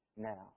now